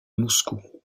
moscou